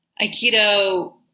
aikido